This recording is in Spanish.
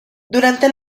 durante